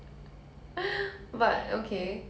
给我多一点